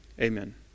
Amen